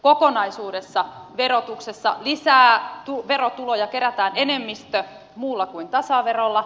kokonaisuudessa verotuksessa lisää verotuloja kerätään enemmistö muulla kuin tasaverolla